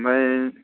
ओमफाइ